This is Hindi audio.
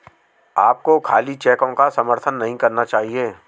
आपको खाली चेकों का समर्थन नहीं करना चाहिए